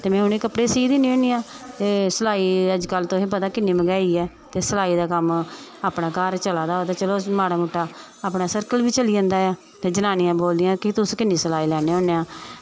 ते में उ'नें गी कपड़े सी दिन्नी होन्नी आं एह् सिलाई अजकल्ल तुसेंगी पता किन्नी मैंह्गाई ऐ ते सिलाई दा कम्म अपना घर चला दा होऐ ते चलो माड़ा मुट्टा अपना सर्किल बी चली जंदा ऐ ते जनानियां बोलदियां कि तुस किन्नी सिलाई लैने होन्ने आं